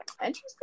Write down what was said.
interesting